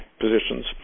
positions